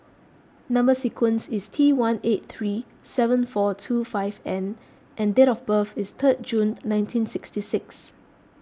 Number Sequence is T one eight three seven four two five N and date of birth is third June nineteen sixty six